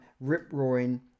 rip-roaring